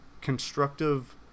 constructive